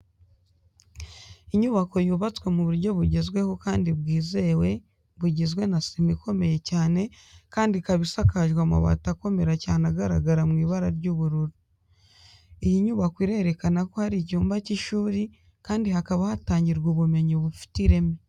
Inyubako yubastwe mu buryo bugezweho kandi bwizewe bugizwe na sima ikomeye cyane kandi ikaba isakajwe amabati akomera cyane agaragara mu ibara ry'ubururu. Iyi nyubako irerekana ko ari icyumba cy'ishuri kandi hakaba hatangirwa ubumenyi bufite ireme.